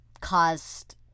caused